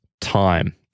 time